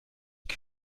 die